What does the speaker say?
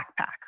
backpack